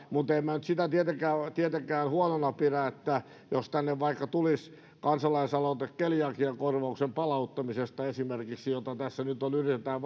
mutta en minä nyt sitä tietenkään tietenkään huonona pidä jos tänne vaikka tulisi kansalaisaloite keliakiakorvauksen palauttamisesta esimerkiksi jota tässä nyt yritetään